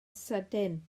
sydyn